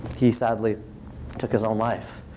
he sadly took his own life.